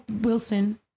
wilson